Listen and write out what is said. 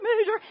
major